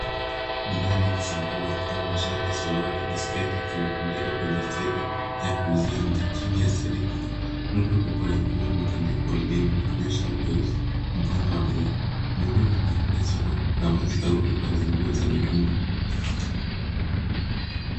Bidhaa nyingi za nguo ikiwemo mashati, suruali na sketi zimetundikwa kwenye stedi ya kuuzia inje, chini ya stedi io, rundo kubwa la nguo limetandikwa ardhini ikionyesha uteuzi mfano wa bidhaa. Muundo huu unaonyesha soko la wazi au duka la nguo za mitumba.